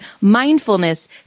mindfulness